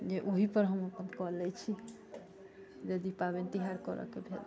जे ओहि पर हम अपन कय लै छी यदि पाबनि तिहार करैके भेल तऽ